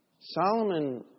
Solomon